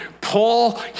Paul